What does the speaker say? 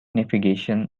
navigation